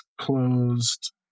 closed